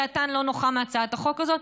דעתן לא נוחה מהצעת החוק הזאת,